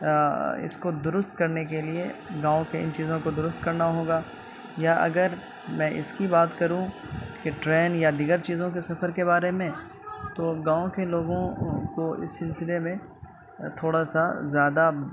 اس کو درست کرنے کے لیے گاؤں کی ان چیزوں کو درست کرنا ہوگا یا اگر میں اس کی بات کروں کہ ٹرین یا دیگر چیزوں کے سفر کے بارے میں تو گاؤں کے لوگوں کو اس سلسلے میں تھوڑا سا زیادہ